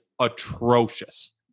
atrocious